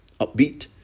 upbeat